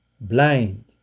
blind